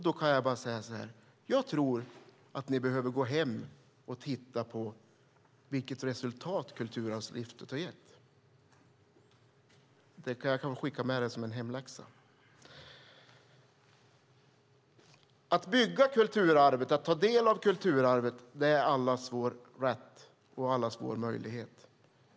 Då kan jag bara säga så här: Jag tror att ni behöver gå hem och titta på vilket resultat Kulturarvslyftet har gett. Jag kan skicka med det som en hemläxa. Att bygga kulturarvet och att ta del av kulturarvet är allas vår rätt och allas vår möjlighet.